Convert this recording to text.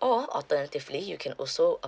or alternatively you can also a~